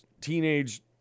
teenage